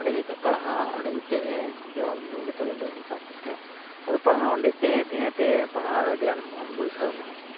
ᱚᱸᱰᱮᱜᱮ ᱛᱚ ᱯᱟᱲᱟᱦᱟᱜ ᱚᱸᱰᱮᱜᱮ ᱛᱟᱦᱮᱱ ᱡᱚᱢ ᱧᱩ ᱡᱚᱛᱚᱜᱮ ᱚᱸᱰᱮ ᱦᱩᱭ ᱟᱠᱟᱱ ᱛᱤᱧ ᱛᱟᱦᱮᱸᱫᱼᱟ ᱟᱫᱚ ᱯᱟᱲᱦᱟᱜ ᱚᱸᱰᱮ ᱛᱟᱦᱮᱸ ᱛᱟᱦᱮᱸ ᱛᱮ ᱯᱟᱲᱦᱟᱜ ᱨᱮ ᱟᱹᱰᱤ ᱟᱸᱴ ᱢᱚᱱ ᱵᱟᱹᱭᱥᱟᱹᱣ ᱮᱱᱟ